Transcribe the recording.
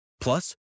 Plus